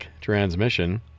transmission